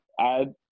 add